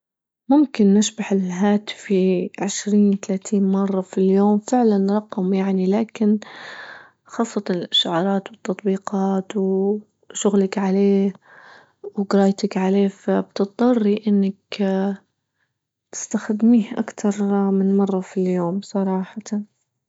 ممكن نشبح لهاتفي عشرين تلاتين مرة في اليوم فعلا رقم يعني لكن خاصة الإشعارات والتطبيقات وشغلك عليه وجرايتك عليه فبتضطري إنك اه تستخدميه أكثر من مرة في اليوم صراحة.